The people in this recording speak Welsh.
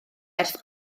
ers